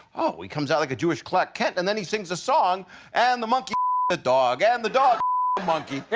oh well he comes out like a jewish clark kent, and then he sings a song and the monkey the dog and the dog the monkey,